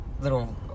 Little